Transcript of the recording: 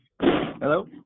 Hello